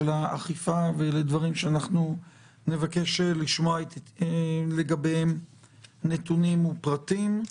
האכיפה ואלה דברים שאנחנו נבקש לשמוע לגביהם נתונים ופרטים.